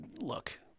Look